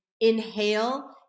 inhale